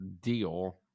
deal